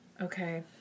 Okay